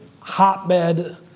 hotbed